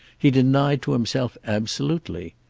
he denied to himself absolutely.